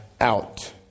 out